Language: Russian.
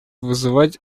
вызывать